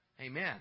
Amen